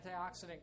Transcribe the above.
antioxidant